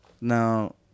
Now